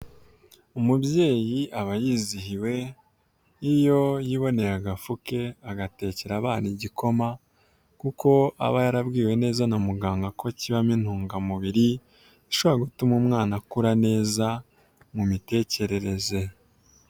Umubyeyi aba yizihiwe iyo yiboneye agafu ke agatekera abana igikoma kuko aba yarabwiwe neza na muganga ko kibamo intungamubiri ishobora gutuma umwana akura neza mu mitekerereze.